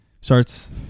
starts